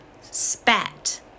spat